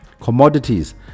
commodities